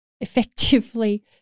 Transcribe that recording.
effectively